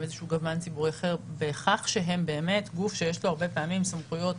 איזשהו גוון ציבורי אחר בכך שהם באמת גוף שיש לו הרבה פעמים סמכויות